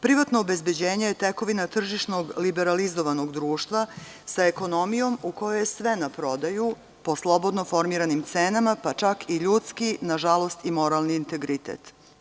Privatno obezbeđenje je tekovina tržišno-liberalizovanog društva sa ekonomijom u kojoj je sve na prodaju po slobodno formiranim cenama pa čak i ljudski, nažalost i moralni integritet.